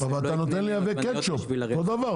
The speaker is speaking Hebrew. --- לא עגבניות בשביל- -- אבל אותו דבר,